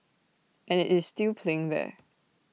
and IT is still playing there